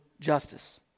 justice